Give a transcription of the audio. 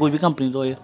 कोई बी कम्पनी दा होवे